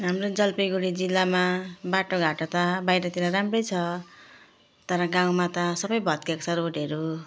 हाम्रो जलपाइगुडी जिल्लामा बाटोघाटो त बाहिरतिर राम्रै छ तर गाउँमा त सबै भत्केको छ रोडहरू